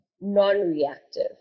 non-reactive